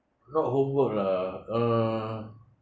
not homework lah uh